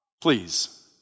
please